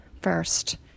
first